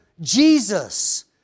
Jesus